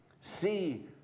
See